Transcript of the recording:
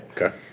Okay